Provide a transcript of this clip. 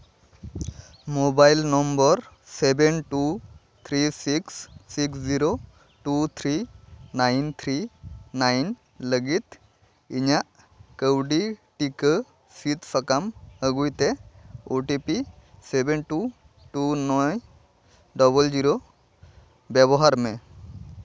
mobile number seven two three six six zero two three nine three nine ᱞᱟᱹᱜᱤᱫ ᱤᱧᱟᱹᱜ ᱠᱟᱹᱣᱰᱤ ᱴᱤᱠᱟᱹ ᱥᱤᱫᱽ ᱥᱟᱠᱟᱢ ᱟᱹᱜᱩᱭ ᱛᱮ O T P seven two two nine double zero ᱵᱮᱵᱚᱦᱟᱨ ᱢᱮ